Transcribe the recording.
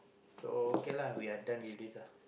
so okay lah we are done with this lah